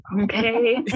Okay